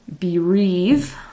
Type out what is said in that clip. bereave